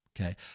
okay